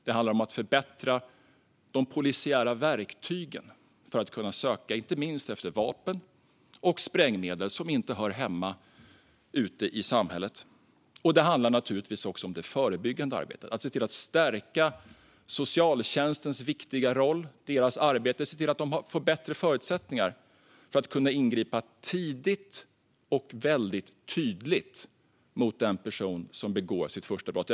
Det handlar om att förbättra de polisiära verktygen för att polisen ska kunna söka efter inte minst vapen och sprängmedel som inte hör hemma ute i samhället. Det handlar naturligtvis också om det förebyggande arbetet. Det handlar om att se till att stärka socialtjänstens viktiga roll och deras arbete. Det handlar om att se till att de får bättre förutsättningar att ingripa tidigt och väldigt tydligt gentemot den person som begår sitt första brott.